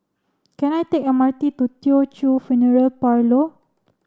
can I take M R T to Teochew Funeral Parlour